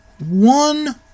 one